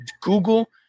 Google